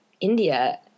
India